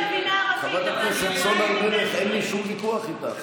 אנחנו לא יכולים להבין.